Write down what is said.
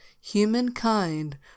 humankind